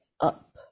up